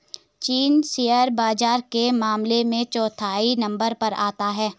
चीन शेयर बाजार के मामले में चौथे नम्बर पर आता है